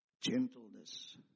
Gentleness